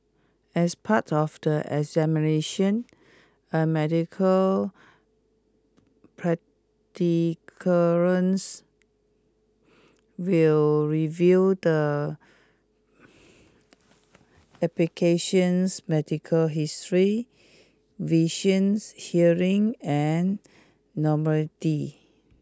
as part of the examination a medical will review the application's medical history visions hearing and mobility